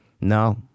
No